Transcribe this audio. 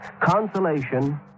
Consolation